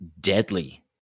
deadly